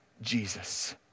Jesus